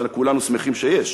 שכולנו שמחים שיש.